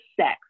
sex